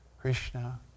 Krishna